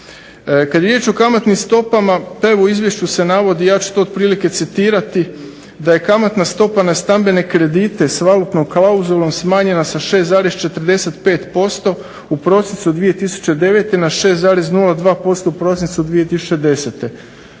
Kad je riječ o kamatnim stopama, pa evo u izvješću se navodi ja ću to otprilike citirati da je kamatna stopa na stambene kredite s valutnom klauzulom smanjenja sa 6,45% u prosincu 2009. Na 6,02% u prosincu 2010.